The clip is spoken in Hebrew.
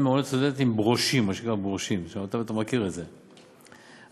מעונות סטודנטים "ברושים" אתה מכיר את זה,